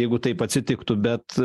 jeigu taip atsitiktų bet